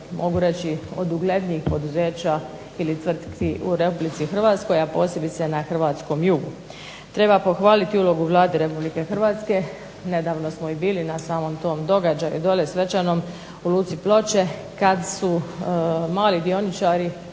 mogu reći od uglednijih poduzeća ili tvrtki u Republici Hrvatskoj, a posebice na hrvatskom jugu. Treba pohvaliti ulogu Vlade Republike Hrvatske, nedavno smo i bili na samom tom događaju dole, svečanom u Luci Ploče kad su mali dioničari